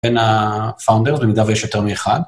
בין ה-founders, במידה ויש יותר מאחד.